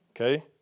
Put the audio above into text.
okay